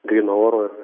gryno oro ir